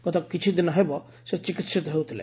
ଗତ କିଛିଦିନ ହେବ ସେ ଚିକିହିତ ହେଉଥିଲେ